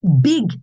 big